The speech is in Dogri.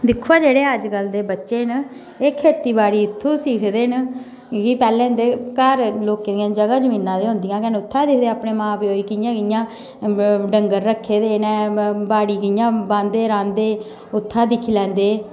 दिक्खो जेहडे अजकल दे बच्चे न एह् खेती बाड़ी इत्थूं सिखदे न कि पैंहले इंदे घर लोके दी जगह जमीनां ते होंदी गै ना ते उत्थै गै दिखदे अपने मां प्यो गी कियां कियां डंगर रक्खे दे न बाड़ी कियां बांह्दे रांह्दे उत्थै दिक्खी लेैंदे ऐ